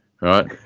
right